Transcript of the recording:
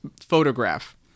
photograph